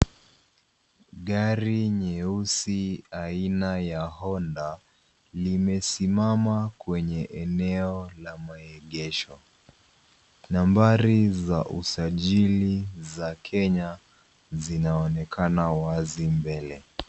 Gari nyeusi aina ya Honda limesimama kwenye eneo la maegesho. Nambari ya usajili za Kenya inaonekana wazi mbele.